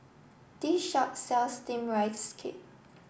this shop sells steamed rice cake